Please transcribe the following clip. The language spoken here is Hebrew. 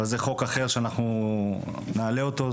אבל זה חוק אחר שאנחנו נעלה אותו,